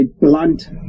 blunt